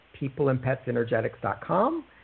peopleandpetsenergetics.com